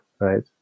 right